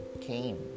came